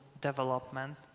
development